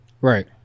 right